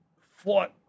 fought